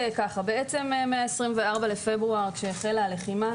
מה-24 בפברואר עת החלה הלחימה